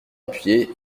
appuyé